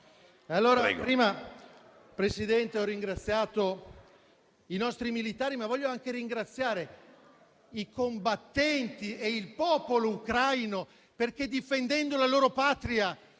Signor Presidente, prima ho ringraziato i nostri militari, ma voglio anche ringraziare i combattenti e il popolo ucraino, perché, difendendo la loro patria,